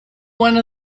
one